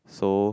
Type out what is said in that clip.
so